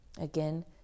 Again